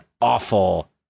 awful